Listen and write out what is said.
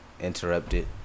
interrupted